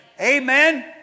Amen